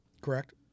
Correct